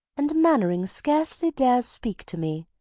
and mainwaring scarcely dares speak to me.